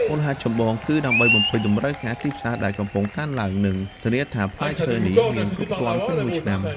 មូលហេតុចម្បងគឺដើម្បីបំពេញតម្រូវការទីផ្សារដែលកំពុងកើនឡើង និងធានាថាផ្លែឈើនេះមានគ្រប់គ្រាន់ពេញមួយឆ្នាំ។